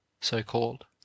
so-called